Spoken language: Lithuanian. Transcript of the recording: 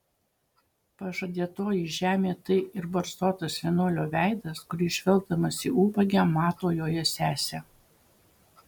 pažadėtoji žemė tai ir barzdotas vienuolio veidas kuris žvelgdamas į ubagę mato joje sesę